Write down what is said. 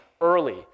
early